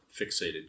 fixated